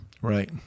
right